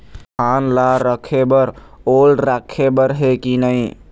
धान ला रखे बर ओल राखे बर हे कि नई?